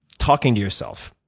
talking to yourself,